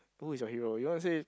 who is your hero you want to say